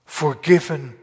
forgiven